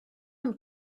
und